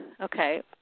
Okay